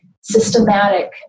systematic